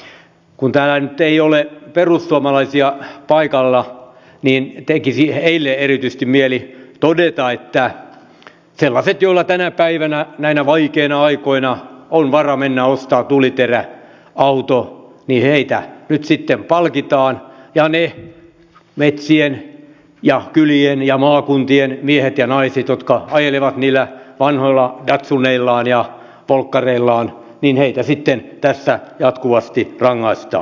kun täällä nyt ei ole perussuomalaisia paikalla niin tekisi heille erityisesti mieli todeta että niitä joilla tänä päivänä näinä vaikeina aikoina on varaa mennä ostamaan tuliterä auto nyt sitten palkitaan ja niitä metsien ja kylien ja maakuntien miehiä ja naisia jotka ajelevat niillä vanhoilla datsuneillaan ja volkkareillaan sitten tässä jatkuvasti rangaistaan